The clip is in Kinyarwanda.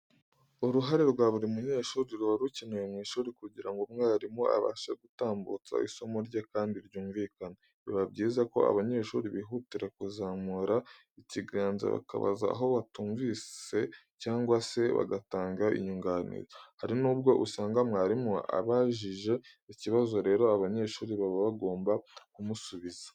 Uruhare rwa buri munyeshuri ruba rukenewe mu ishuri kugira ngo umwarimu abashe gutambutsa isomo rye kandi ryumvikane. Biba byiza ko abanyeshuri bihutira kuzamura ikiganza bakabaza aho batumvise cyangwa se bagatanga inyunganizi. Hari nubwo usanga mwarimu abajije ikibazo, rero abanyeshuri baba bagomba kumusubiza.